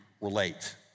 relate